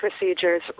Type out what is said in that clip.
procedures